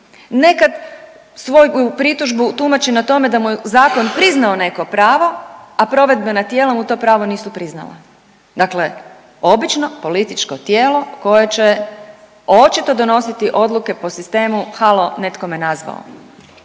ne kad svoju pritužbu tumači na tome da mu je zakon priznao neko pravo, a provedbena tijela mu to pravo nisu priznala, dakle obično političko tijelo koje će očito donositi odluke po sistemu „Halo, netko me nazvao“,